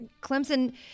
Clemson